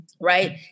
right